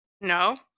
No